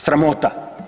Sramota.